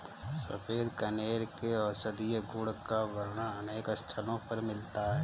सफेद कनेर के औषधीय गुण का वर्णन अनेक स्थलों पर मिलता है